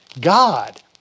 God